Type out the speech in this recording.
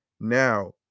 now